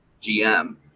gm